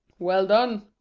well done.